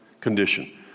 condition